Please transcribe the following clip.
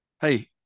Hey